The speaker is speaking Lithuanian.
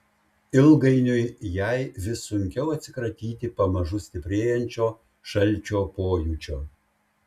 ilgainiui jai vis sunkiau atsikratyti pamažu stiprėjančio šalčio pojūčio